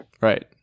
Right